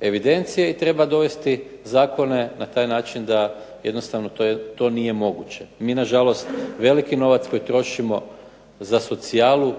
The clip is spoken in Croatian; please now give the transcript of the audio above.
evidencije i treba dovesti zakone na takav način da to jednostavno nije moguće. Mi na žalost veliki novac koji trošimo za socijalu